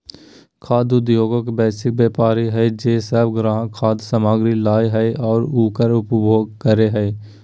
खाद्य उद्योगएगो वैश्विक व्यापार हइ जे सब ग्राहक खाद्य सामग्री लय हइ और उकर उपभोग करे हइ